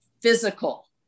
physical